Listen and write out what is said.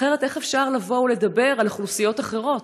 אחרת איך אפשר לבוא ולדבר על אוכלוסיות אחרות?